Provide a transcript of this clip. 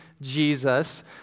Jesus